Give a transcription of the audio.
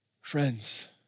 Friends